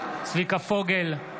צביקה פוגל,